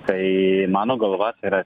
tai mano galva tai yra